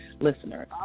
listeners